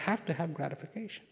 have to have gratification